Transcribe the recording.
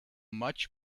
much